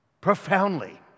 profoundly